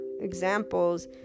examples